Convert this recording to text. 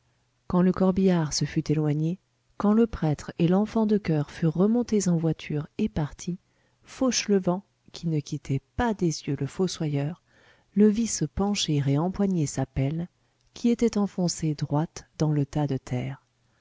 quand le corbillard se fut éloigné quand le prêtre et l'enfant de choeur furent remontés en voiture et partis fauchelevent qui ne quittait pas des yeux le fossoyeur le vit se pencher et empoigner sa pelle qui était enfoncée droite dans le tas de terre